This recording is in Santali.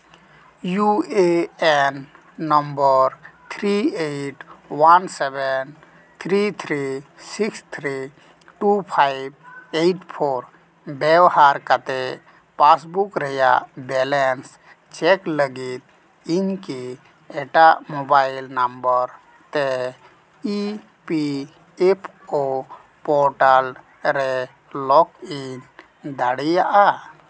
U A N number three eight one seven three three six three two five eight four ᱵᱮᱣᱦᱟᱨ ᱠᱟᱛᱮᱫ ᱯᱟᱥᱵᱩᱠ ᱨᱮᱭᱟᱜ ᱵᱮᱞᱮᱱᱥ ᱪᱮᱠ ᱞᱟᱹᱜᱤᱫ ᱤᱧ ᱠᱤ ᱮᱴᱟᱜ ᱢᱳᱵᱟᱭᱤᱞ ᱱᱚᱢᱵᱚᱨ ᱛᱮ E P F O portal ᱨᱮ ᱞᱚᱜᱽ ᱤᱱ ᱫᱟᱲᱮᱭᱟᱜᱼᱟ